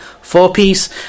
four-piece